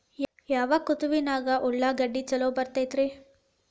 ಯಾವ ಋತುವಿನಾಗ ಉಳ್ಳಾಗಡ್ಡಿ ಛಲೋ ಬೆಳಿತೇತಿ ರೇ?